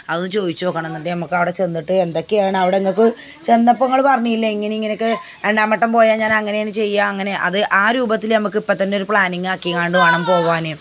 അതൊന്ന് ചോദിച്ച് നോക്കണം എന്നിട്ട് നമുക്ക് അവിടെ ചെന്നിട്ട് എന്തക്കെയാണ് അവിടെ നിങ്ങൾക്ക് ചെന്നപ്പം നിങ്ങൾ പറഞ്ഞില്ലേ ഇങ്ങനെ ഇങ്ങനെ ഒക്കെ രണ്ടാം വട്ടം പോയാൽ ഞാൻ അങ്ങനെയാണ് ചെയ്യുക അങ്ങനെ അത് ആ രൂപത്തിൽ നമ്മൾക്ക് ഇപ്പം തന്നെ ഒരു പ്ലാനിങ്ങ് ആക്കി കൊണ്ട് വേണം പോവാൻ